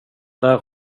där